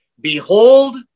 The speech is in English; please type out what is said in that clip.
Behold